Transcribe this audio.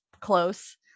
close